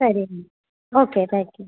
ಸರಿ okay thank you